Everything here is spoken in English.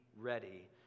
ready